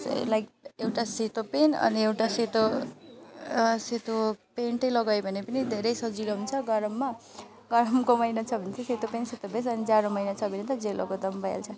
से like एउटा सेतो paint अनि एउटा सेतो सेतो पेन्ट नै लगायो भने पनि धेरै सजिलो हुन्छ गरममा गरमको महिना छ भने चाहिँ सेतो पेन्ट सेतो भेस्ट अनि जाडो महिना छ भने त जे लगाउँदा पनि भइहाल्छ